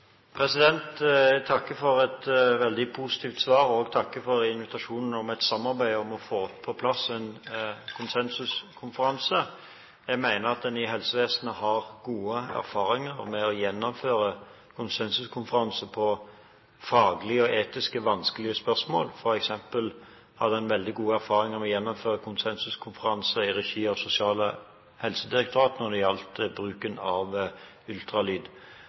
Jeg takker for et veldig positivt svar. Jeg takker også for invitasjonen til et samarbeid for å få på plass en konsensuskonferanse. Jeg mener at man i helsevesenet har gode erfaringer med å gjennomføre konsensuskonferanser om faglige og etisk vanskelige spørsmål. For eksempel har man når det gjaldt bruken av ultralyd, veldig god erfaring med å gjennomføre konsensuskonferanse i regi